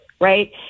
right